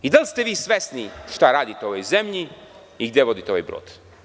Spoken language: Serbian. Da li ste vi svesni šta radite ovoj zemlji i gde vodite ovaj brod?